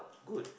good